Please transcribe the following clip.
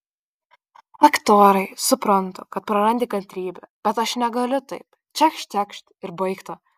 ak torai suprantu kad prarandi kantrybę bet aš negaliu taip čekšt čekšt ir baigta